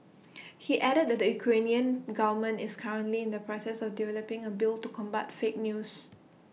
he added that Ukrainian government is currently in the process of developing A bill to combat fake news